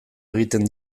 egiten